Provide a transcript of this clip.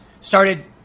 started